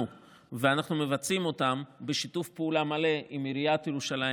ואנחנו מבצעים אותן בשיתוף פעולה מלא עם עיריית ירושלים